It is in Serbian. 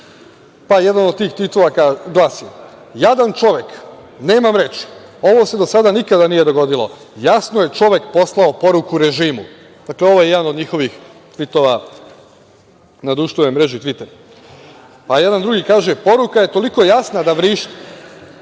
razloga. Jedan od tih titula glasi: „Jadan čovek, nemam reči! Ovo se do sada nikada nije dogodilo! Jasno je čovek poslao poruku režimu.“ Dakle, ovo je jedan od njihovih tvitova na društvenoj mreži „Tviter“. Pa, jedan drugi kaže: „Poruka je toliko jasna da vrišti.“